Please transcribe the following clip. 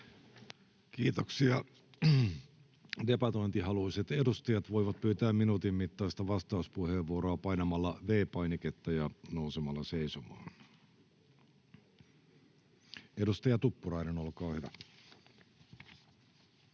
Kiitoksia. — Debatointihaluiset edustajat voivat pyytää minuutin mittaista vastauspuheenvuoroa painamalla V-painiketta ja nousemalla seisomaan. — Edustaja Tuppurainen, olkaa hyvä.